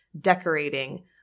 decorating